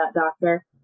doctor